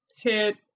hit